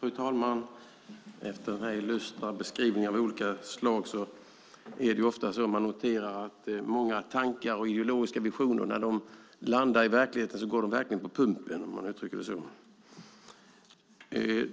Fru talman! Efter dessa illustra beskrivningar av olika slag noterar jag att när många tankar och ideologiska visioner landar i verkligheten går de verkligen på pumpen, om jag får uttrycka det så.